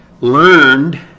learned